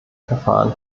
verfahren